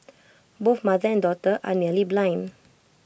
both mother and daughter are nearly blind